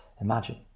Imagine